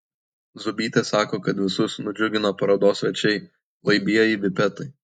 zūbytė sako kad visus nudžiugino parodos svečiai laibieji vipetai